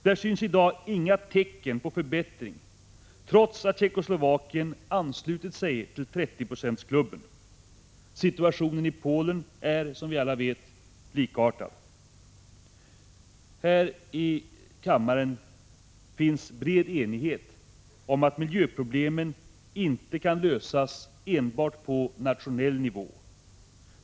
Där syns i dag inga tecken på förbättring, trots att Tjeckoslovakien anslutit sig till 30-procentsklubben. Situationen i Polen är, som alla vet, likartad. Här i kammaren råder bred enighet om att miljöproblemen inte kan lösas enbart på nationell nivå.